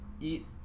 eat